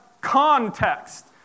context